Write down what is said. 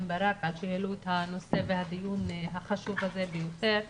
ברק על שהעלו את הנושא והדיון החשוב ביותר הזה.